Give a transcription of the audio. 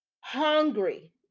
hungry